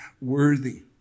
worthy